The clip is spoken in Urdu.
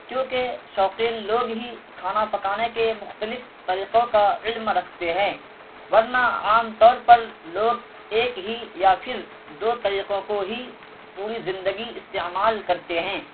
کیوںکہ شوقین لوگ ہی کھانا پکانے کے مختلف طریقوں کا علم رکھتے ہیں ورنہ عام طور پر لوگ ایک ہی یا پھر دو طریقوں کو ہی پوری زندگی استعمال کرتے ہیں